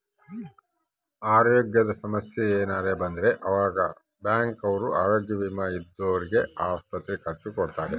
ಅರೋಗ್ಯದ ಸಮಸ್ಸೆ ಯೆನರ ಬಂದ್ರ ಆವಾಗ ಬ್ಯಾಂಕ್ ಅವ್ರು ಆರೋಗ್ಯ ವಿಮೆ ಇದ್ದೊರ್ಗೆ ಆಸ್ಪತ್ರೆ ಖರ್ಚ ಕೊಡ್ತಾರ